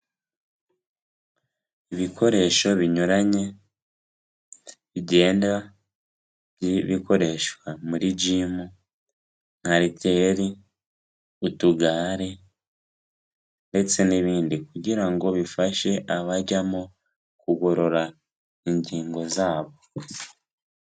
Ibikoresho binyuranye bigenda bikoreshwa muri jimu nk'ariteri, utugare ndetse n'ibindi kugira ngo bifashe abajyamo kugorora ingingo zabo.